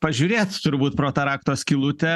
pažiūrėt turbūt pro tą rakto skylutę